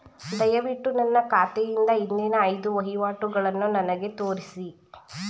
ದಯವಿಟ್ಟು ನನ್ನ ಖಾತೆಯಿಂದ ಹಿಂದಿನ ಐದು ವಹಿವಾಟುಗಳನ್ನು ನನಗೆ ತೋರಿಸಿ